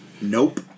Nope